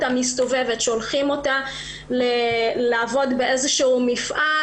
מסתובבת: שולחים אותה לעבוד באיזה מפעל,